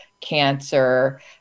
cancer